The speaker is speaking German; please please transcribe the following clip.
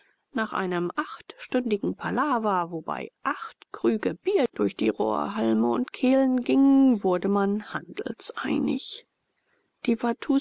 nach einem achtstündigen palawer wobei acht krüge bier durch die rohrhalme und kehlen gingen wurde man handelseinig